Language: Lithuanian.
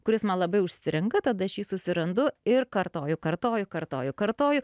kuris man labai užstringa tada aš jį susirandu ir kartoju kartoju kartoju kartoju